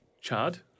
Chad